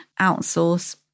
outsource